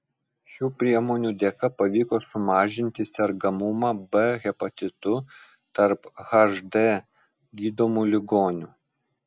šių priemonių dėka pavyko sumažinti sergamumą b hepatitu tarp hd gydomų ligonių